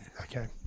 okay